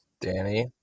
Danny